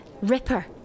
Ripper